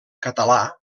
català